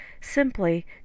simply